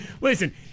listen